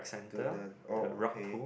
do the oh okay